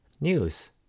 news